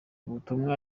butumwa